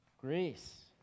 grace